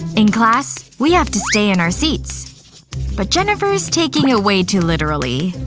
in class we have to stay in our seats but jennifer is taking me away too literally